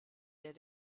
der